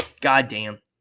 goddamn